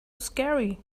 scary